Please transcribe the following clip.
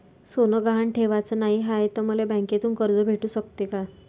सोनं गहान ठेवाच नाही हाय, त मले बँकेतून कर्ज भेटू शकते का?